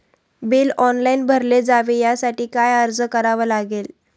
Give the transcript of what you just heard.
Bill online भरले जावे यासाठी काय अर्ज करावा लागेल?